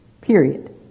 Period